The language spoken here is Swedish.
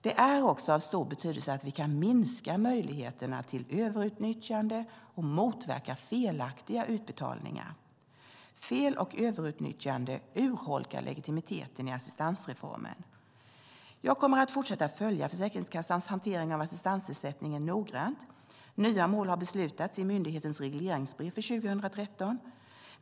Det är också av stor betydelse att vi kan minska möjligheterna till överutnyttjande och motverka felaktiga utbetalningar. Fel och överutnyttjande urholkar legitimiteten i assistansreformen. Jag kommer att fortsätta att följa Försäkringskassans hantering av assistansersättningen noggrant. Nya mål har beslutats i myndighetens regleringsbrev för 2013.